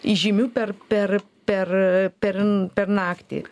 įžymiu per per per per per naktį